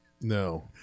No